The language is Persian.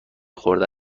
خورده